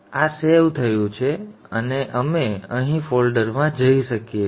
આ સેવ થયું છે અને અમે અહીં ફોલ્ડરમાં જઈ શકીએ છીએ